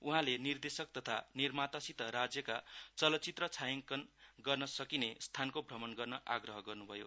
उहाँले निदेशक तथा निर्मातासित राज्यका चलचित्र छायङकन गर्न सकिने स्थानको भ्रमण गर्न आग्रह गर्न्भयो